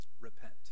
repent